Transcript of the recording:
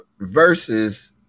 versus